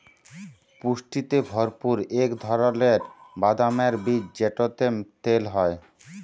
পুষ্টিতে ভরপুর ইক ধারালের বাদামের বীজ যেটতে তেল হ্যয়